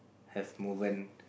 have moven